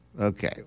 Okay